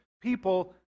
people